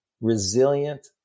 Resilient